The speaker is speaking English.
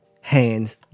Hands